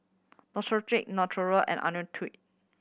Neostrata Natura and Ionil